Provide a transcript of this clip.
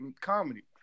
comedy